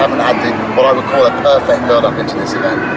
what i'd call a perfect build-up into this event.